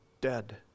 dead